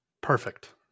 Perfect